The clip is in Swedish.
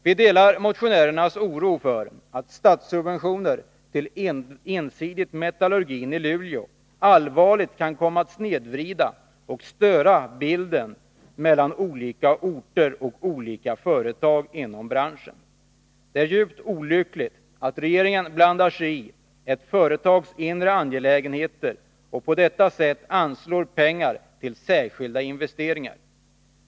Vi delar motionärernas oro för att statssubventioner till ensidigt metallurgin i Luleå allvarligt kan komma att snedvrida och störa bilden av konkurrensneutralitet mellan olika orter och olika företag inom branschen. Det är djupt olyckligt att regeringen blandar sig i ett företags inre angelägenheter och på detta sätt anslår pengar till särskilda investeringar.